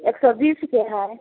एक सौ बीस के है